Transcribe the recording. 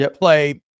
play